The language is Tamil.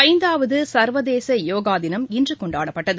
ஐந்தாவதுசா்வதேசயோகாதினம் இன்றுகொண்டாடப்பட்டது